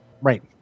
Right